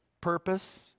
purpose